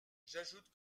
j’ajoute